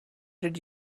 did